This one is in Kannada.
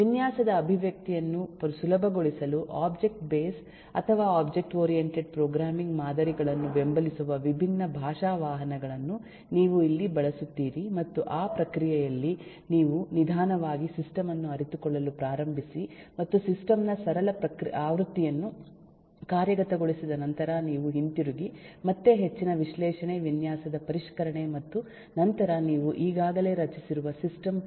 ವಿನ್ಯಾಸದ ಅಭಿವ್ಯಕ್ತಿಯನ್ನು ಸುಲಭಗೊಳಿಸಲು ಒಬ್ಜೆಕ್ಟ್ ಬೇಸ್ ಅಥವಾ ಒಬ್ಜೆಕ್ಟ್ ಓರಿಯಂಟೆಡ್ ಪ್ರೋಗ್ರಾಮಿಂಗ್ ಮಾದರಿಗಳನ್ನು ಬೆಂಬಲಿಸುವ ವಿಭಿನ್ನ ಭಾಷಾ ವಾಹನಗಳನ್ನು ನೀವು ಇಲ್ಲಿ ಬಳಸುತ್ತೀರಿ ಮತ್ತು ಆ ಪ್ರಕ್ರಿಯೆಯಲ್ಲಿ ನೀವು ನಿಧಾನವಾಗಿ ಸಿಸ್ಟಮ್ ಅನ್ನು ಅರಿತುಕೊಳ್ಳಲು ಪ್ರಾರಂಭಿಸಿ ಮತ್ತು ಸಿಸ್ಟಮ್ ನ ಸರಳ ಆವೃತ್ತಿಯನ್ನು ಕಾರ್ಯಗತಗೊಳಿಸಿದ ನಂತರ ನೀವು ಹಿಂತಿರುಗಿ ಮತ್ತೆ ಹೆಚ್ಚಿನ ವಿಶ್ಲೇಷಣೆ ವಿನ್ಯಾಸದ ಪರಿಷ್ಕರಣೆ ಮತ್ತು ನಂತರ ನೀವು ಈಗಾಗಲೇ ರಚಿಸಿರುವ ಸಿಸ್ಟಮ್ ಪರಿಷ್ಕರಣೆ ಮಾಡುತ್ತೀರಿ